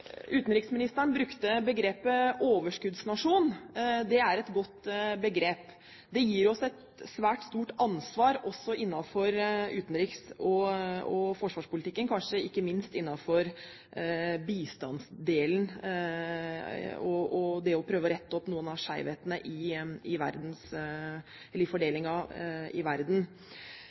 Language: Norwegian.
Utenriksministeren brukte begrepet «overskuddsnasjon». Det er et godt begrep. Det gir oss et svært stort ansvar også innenfor utenriks- og forsvarspolitikken, kanskje ikke minst innenfor bistandsdelen og det å prøve å rette opp noen av skjevhetene i fordelingen i